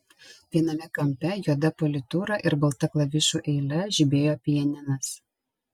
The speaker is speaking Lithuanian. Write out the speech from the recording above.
viename kampe juoda politūra ir balta klavišų eile žibėjo pianinas